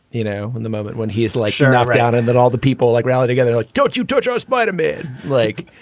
you know, when the moment when he is like you're not out and that all the people like rally together. like don't you touch ah spider-man like,